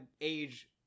age